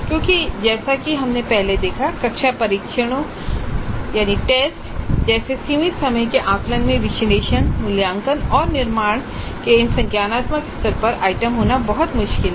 क्योंकि जैसा कि हमने पहले देखा है कक्षा परीक्षणों जैसे सीमित समय के आकलन में विश्लेषण मूल्यांकन और निर्माण के इन संज्ञानात्मक स्तरों पर आइटम होना बहुत मुश्किल है